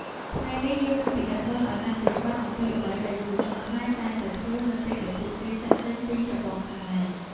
ថ្ងៃនេះយើងនឹងពិនិត្យមើលឱ្យកាន់តែច្បាស់អំពីអ្វីដែលយុវជនខ្មែរតែងតែធ្វើនៅពេលដែលពួកគេចាកចេញពីរបងសាលា។